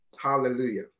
Hallelujah